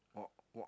what what